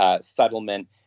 settlement